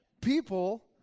People